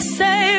say